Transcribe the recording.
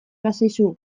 bazaizu